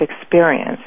experience